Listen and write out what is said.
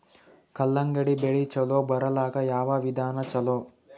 ಕಲ್ಲಂಗಡಿ ಬೆಳಿ ಚಲೋ ಬರಲಾಕ ಯಾವ ವಿಧಾನ ಚಲೋ?